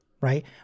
right